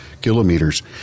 kilometers